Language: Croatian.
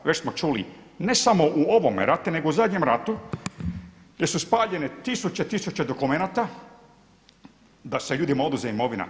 Već smo čuli ne samo u ovome ratu, nego u zadnjem ratu gdje su spaljene tisuće, tisuće dokumenata da se ljudima oduzme imovina.